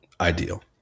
ideal